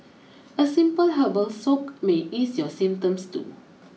a simple herbal soak may ease your symptoms too